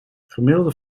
gemiddelde